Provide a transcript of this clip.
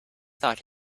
thought